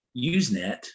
Usenet